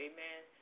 Amen